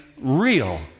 real